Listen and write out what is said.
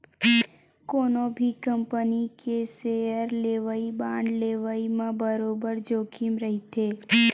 कोनो भी कंपनी के सेयर लेवई, बांड लेवई म बरोबर जोखिम रहिथे